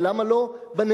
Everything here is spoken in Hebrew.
ולמה לא בנמלים?